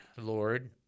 Lord